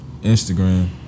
Instagram